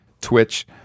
Twitch